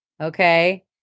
Okay